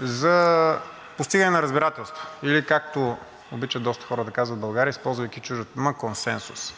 за постигане на разбирателство, или както обичат доста хора да казват в България, използвайки чуждата дума, консенсус.